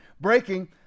breaking